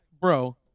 bro